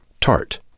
tart